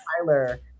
Tyler